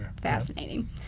Fascinating